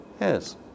Yes